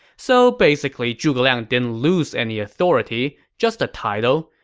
so basically zhuge liang didn't lose any authority, just a title,